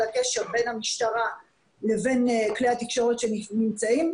הקשר בין המשטרה לבין כלי התקשורת שנמצאים,